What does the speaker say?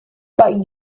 but